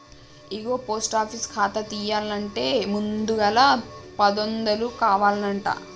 ఇగో post office ఖాతా తీయన్నంటే ముందుగల పదొందలు కావనంటి